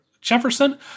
Jefferson